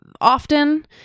often